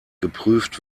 geprüft